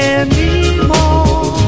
anymore